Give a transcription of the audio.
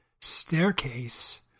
staircase